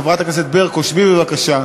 חברת הכנסת ברקו, שבי בבקשה.